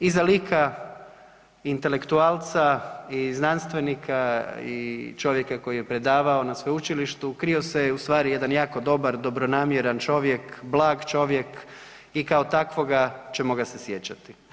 Iza lika intelektualca i znanstvenika i čovjeka koji je predavao na sveučilištu, krio se ustvari jedan jako dobro, dobronamjeran čovjek, blag čovjek i kao takvoga ćemo ga se sjećati.